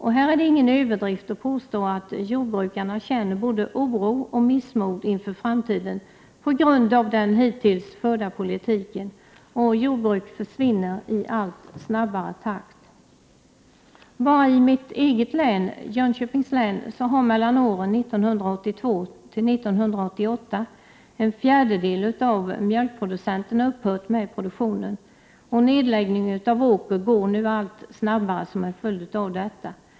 Det är ingen överdrift att påstå att jordbrukarna känner både oro och missmod inför framtiden på grund av den hittills förda politiken — och jordbruk försvinner i allt snabbare takt. Bara i mitt eget län — Jönköpings län — har under åren 1982-1988 en fjärdedel av mjölkproducenterna upphört med produktionen, och nedläggningen av åker går nu allt snabbare som en följd av detta.